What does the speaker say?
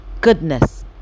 goodness